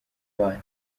bana